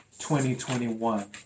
2021